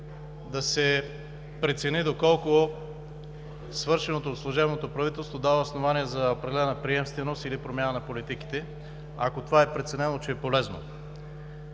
да се прецени доколко свършеното от служебното правителство дава основание за определена приемственост или промяна на политиките, ако е преценено, че това е полезно.